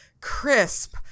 crisp